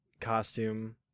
costume